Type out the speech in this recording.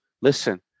listen